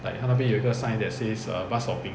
like 它那边有一个 sign that says err bus stopping